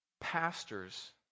pastors